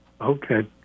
Okay